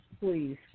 please